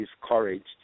discouraged